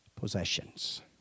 possessions